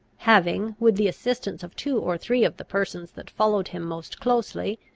having, with the assistance of two or three of the persons that followed him most closely,